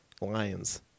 Lions